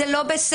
זה לא בסדר,